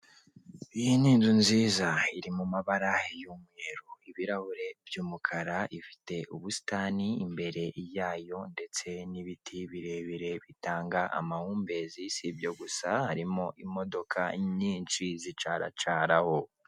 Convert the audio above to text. Iyi ni inzu nziza iri mu mabara y'umweru, ibirahure by'umukara, ifite ubusitani imbere yayo ndetse n'ibiti birebire bitanga amahumbezi, si ibyo gusa harimo imodoka nyinshi zicaracara aho.